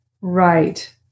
right